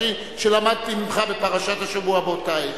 כפי שלמדתי ממך בפרשת השבוע באותה עת,